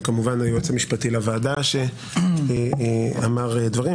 וכמובן היועץ המשפטי לוועדה שאמר דברים,